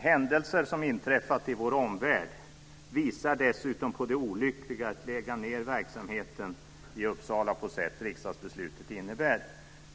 Händelser som inträffat i vår omvärld visar dessutom på det olyckliga i att lägga ned verksamheten i Uppsala på det sätt riksdagsbeslutet innebär.